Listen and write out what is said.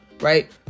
Right